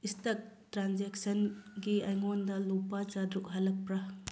ꯏꯁꯇꯛ ꯇ꯭ꯔꯥꯟꯖꯦꯛꯁꯟꯒꯤ ꯑꯩꯉꯣꯟꯗ ꯂꯨꯄꯥ ꯆꯥꯇ꯭ꯔꯨꯛ ꯍꯜꯂꯛꯄ꯭ꯔꯥ